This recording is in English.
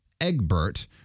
Egbert